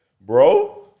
Bro